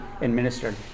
administered